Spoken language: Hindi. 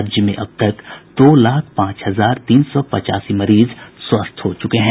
राज्य में अब तक दो लाख पांच हजार तीन सौ पचासी मरीज स्वस्थ हो चुके हैं